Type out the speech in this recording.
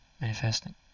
Manifesting